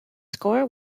score